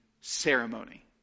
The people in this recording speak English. ceremony